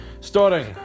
Starting